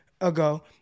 ago